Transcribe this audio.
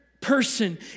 Person